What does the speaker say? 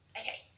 okay